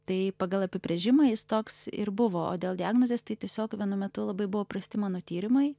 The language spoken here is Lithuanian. tai pagal apibrėžimą jis toks ir buvo o dėl diagnozės tai tiesiog vienu metu labai buvo prasti mano tyrimai